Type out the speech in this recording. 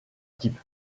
type